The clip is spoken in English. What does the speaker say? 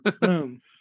Boom